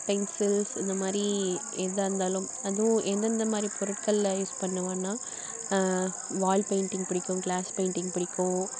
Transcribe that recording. pencils இந்த மாதிரி எதாக இருந்தாலும் அதுவும் எந்தெந்த மாதிரி பொருட்களில் யூஸ் பண்ணுவேன்னா வால் பெயிண்டிங் பிடிக்கும் கிளாஸ் பெயிண்டிங் பிடிக்கும்